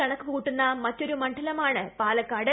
കണക്ക് കൂട്ടുന്ന മറ്റൊരു മണ്ഡലമാണ് പാലക്കാട്